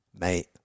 mate